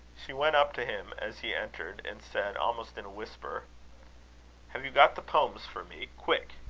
she went up to him as he entered, and said, almost in a whisper have you got the poems for me? quick!